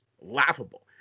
laughable